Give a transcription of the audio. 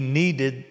needed